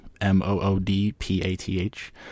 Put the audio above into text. M-O-O-D-P-A-T-H